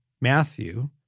Matthew